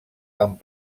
amb